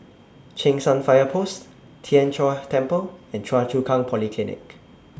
Cheng San Fire Post Tien Chor Temple and Choa Chu Kang Polyclinic